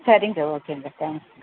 சரிங்க ஓகேங்க தேங்க்ஸ்